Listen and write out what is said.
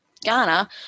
Ghana